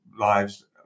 lives